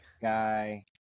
Guy